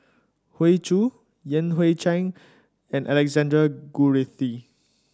Hoey Choo Yan Hui Chang and Alexander Guthrie